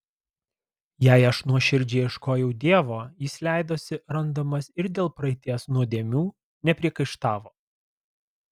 jei aš nuoširdžiai ieškojau dievo jis leidosi randamas ir dėl praeities nuodėmių nepriekaištavo